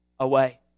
away